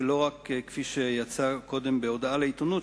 ולא רק כפי שיצא קודם בהודעה לעיתונות,